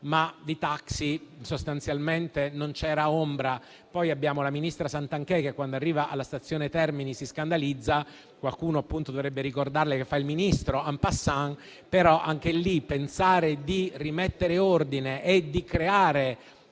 ma di taxi sostanzialmente non c'era ombra. Poi abbiamo la ministra Santanchè che quando arriva alla stazione Termini si scandalizza, ma qualcuno dovrebbe ricordarle che fa il Ministro *en passant*, ma anche in tal caso